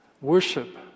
worship